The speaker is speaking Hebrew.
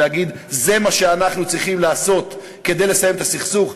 להגיד: זה מה שאנחנו צריכים לעשות כדי לסיים את הסכסוך.